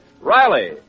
Riley